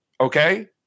okay